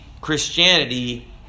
christianity